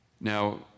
Now